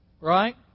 right